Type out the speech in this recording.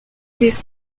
this